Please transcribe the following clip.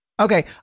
Okay